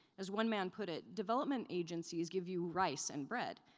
as one man put it, development agencies give you rice and bread.